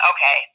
Okay